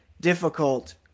difficult